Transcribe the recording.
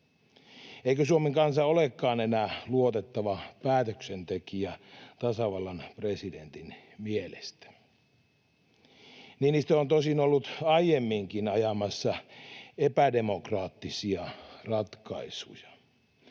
Eikö Suomen kansa olekaan enää luotettava päätöksentekijä tasavallan presidentin mielestä? Niinistö on tosin ollut aiemminkin ajamassa epädemokraattisia ratkaisuja.